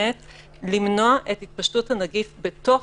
ובעניין הזה צריך לקדם חשיבה ודיון אחר ביום אחר.